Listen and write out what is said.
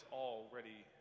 already